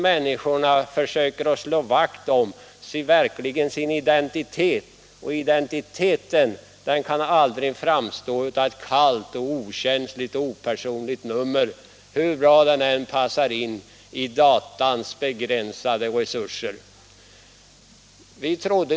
Människorna försöker slå vakt om sin identitet, och den kan aldrig anges med ett kallt, okänsligt och opersonligt nummer, hur bra detta än passar in i datorns begränsade föreställningsvärld.